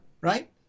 right